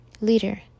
Leader